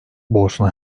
bosna